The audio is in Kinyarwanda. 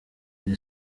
the